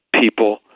people